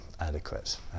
adequate